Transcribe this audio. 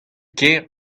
kêr